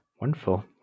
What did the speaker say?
Wonderful